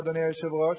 אדוני היושב-ראש?